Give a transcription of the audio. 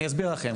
אני אסביר לכם,